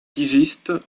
pigiste